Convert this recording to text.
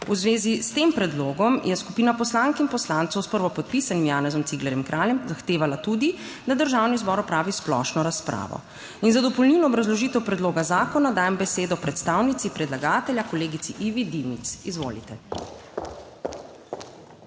V zvezi s tem predlogom je skupina poslank in poslancev s prvopodpisanim Janezom Ciglerjem Kraljem zahtevala tudi, da Državni zbor opravi splošno razpravo. Za dopolnilno obrazložitev predloga zakona dajem besedo predstavnici predlagatelja kolegici Ivi Dimic. Izvolite.